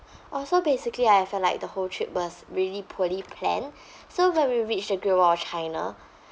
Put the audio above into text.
also basically I felt like the whole trip was really poorly planned so when we reached the great wall of china